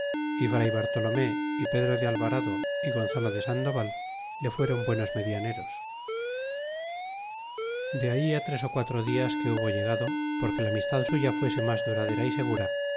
voluntad y fr bartolome y pedro de alvarado y gonzalo de sandoval le fuéron buenos medianeros y de ahí tres ó quatro dias que hubo llegado porque la amistad suya fuese mas duradera y segura